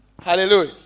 Hallelujah